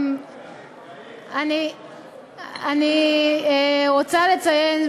אני רוצה לציין,